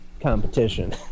competition